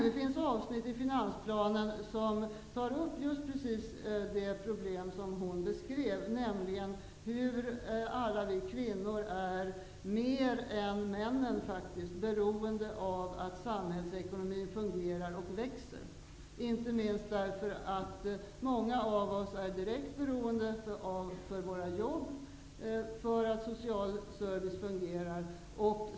Det finns avsnitt i finansplanen som tar upp just det problem som Gudrun Schyman beskrev, nämligen hur alla vi kvinnor är -- mer än männen faktiskt -- beroende av att samhällsekonomin fungerar och växer, inte minst därför att många av oss är direkt beroende av att den sociala servicen fungerar för att kunna behålla våra jobb.